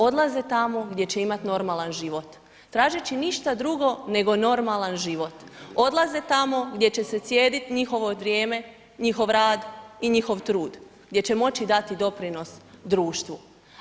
Odlaze tamo gdje će imati normalan život, tražeći ništa drugo nego normalan život, odlaze tamo gdje će se cijeniti njihovo vrijeme, njihov rad i njihov trud, gdje će moći dati doprinos društvu.